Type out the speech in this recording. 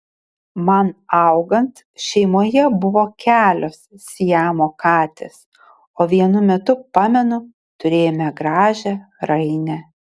man augant šeimoje buvo kelios siamo katės o vienu metu pamenu turėjome gražią rainę